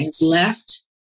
left